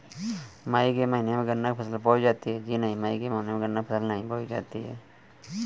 मई के महीने में गन्ना की फसल बोई जाती है